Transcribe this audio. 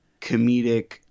comedic